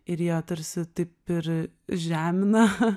ir jie tarsi taip ir žemina